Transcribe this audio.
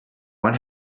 one